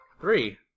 Three